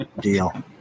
Deal